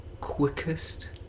quickest